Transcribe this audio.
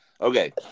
Okay